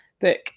book